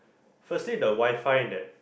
firstly the WiFi in that